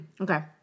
okay